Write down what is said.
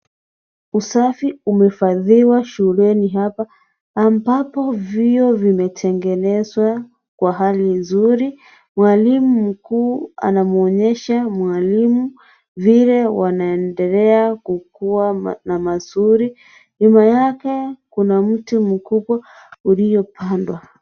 Usafi umefadhiwa shuleni hapa ambapo vioo vimetengenezwa Kwa hali nzuri. Mwalimu mkuu anamwonyesha mwalimu vile wanaendelea kukuwa na mazuri, nyuma yake kuna mti mzuri uliyopandwa.